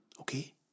okay